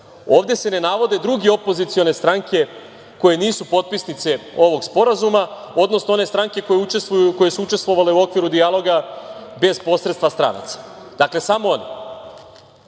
Ovde se ne navode druge opozicione stranke koje nisu potpisnice ovog sporazuma, odnosno one stranke koje učestvovale u okviru dijaloga bez posredstva stranaca. Dakle, samo